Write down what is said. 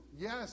Yes